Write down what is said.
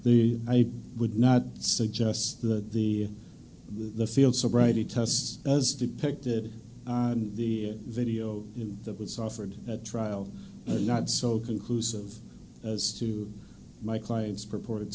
the i would not suggest that the the field sobriety test as depicted in the video that was offered at trial not so conclusive as to my client's purported